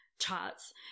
charts